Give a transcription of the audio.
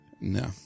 No